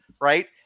right